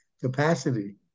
capacity